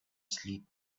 asleep